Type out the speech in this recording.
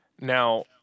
now